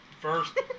first